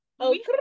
Okay